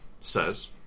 says